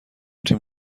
تیم